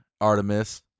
Artemis